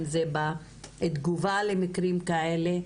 אם זה בתגובה למקרים כאלה.